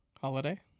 Holiday